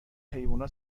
حیوونا